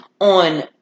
on